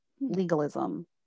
legalism